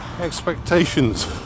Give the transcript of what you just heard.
expectations